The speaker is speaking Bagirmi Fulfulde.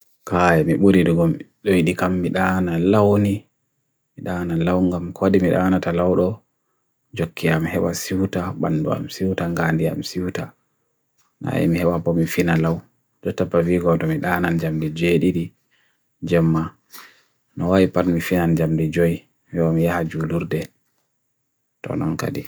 kaya me budi dugon me dhikam me dahanan lawne me dahanan lawngam, kwadi me dahanan ta lawne jo kia mehewa siwuta, banuwa me siwuta, ngaandi am siwuta nae mehewa pomifina law to tapaviko do me dahanan jam de jedidi jam ma nga waipan me fian jam de joy hewa mehajulurde to nan kade